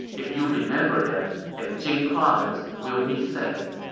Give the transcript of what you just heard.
if you remember them, then jing province will be safe.